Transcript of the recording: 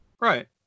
right